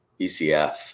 ECF